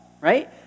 right